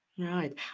Right